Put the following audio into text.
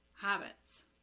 habits